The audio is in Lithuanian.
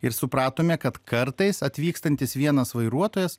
ir supratome kad kartais atvykstantis vienas vairuotojas